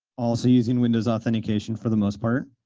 also using windows authentication for the most part,